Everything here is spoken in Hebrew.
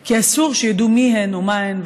כי אסור שידעו מיהן או מהן,